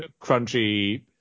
crunchy